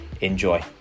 Enjoy